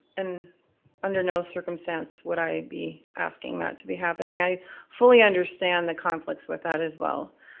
and under no circumstance would i be asking that to be happening. i fully understand the conflicts with that as well,